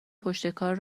پشتکار